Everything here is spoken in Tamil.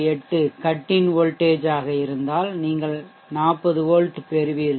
8 கட் இன் வோல்டேஜ் இருந்தால் நீங்கள் 40 வோல்ட் பெறுவீர்கள்